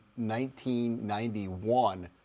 1991